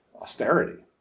austerity